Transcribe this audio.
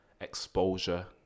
exposure